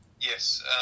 Yes